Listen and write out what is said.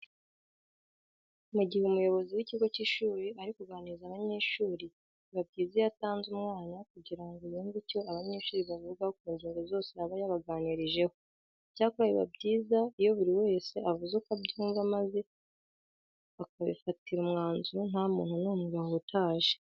Mu gihe umuyobozi w'ikigo cy'ishuri ari kuganiriza abanyeshuri, biba byiza iyo atanze umwanya kugira ngo yumve icyo abanyeshuri bavuga ku ngingo zose aba yabaganirijeho. Icyakora biba byiza iyo buri wese avuze uko abyumva maze bakabifatira umwanzuro nta muntu n'umwe bahutaje.